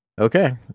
Okay